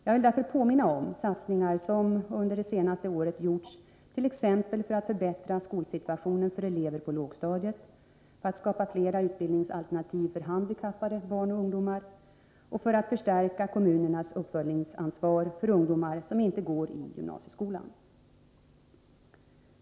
Jag vill därför påminna om satsningar som under det senaste året gjorts, t.ex. för att förbättra skolsituationen för elever på lågstadiet, för att skapa fler utbildningsalternativ för handikappade barn och ungdomar och för att förstärka kommunernas uppföljningsansvar för ungdomar som inte går i gymnasieskolan.